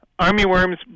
armyworms